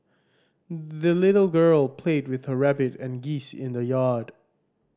the little girl played with her rabbit and geese in the yard